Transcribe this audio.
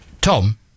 Tom